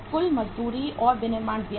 कुल मजदूरी और विनिर्माण व्यय